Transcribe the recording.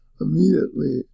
immediately